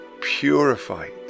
purified